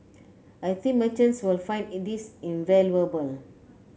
I think merchants will find this invaluable